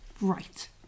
right